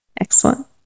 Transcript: Excellent